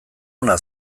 ona